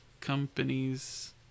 companies